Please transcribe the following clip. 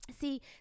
see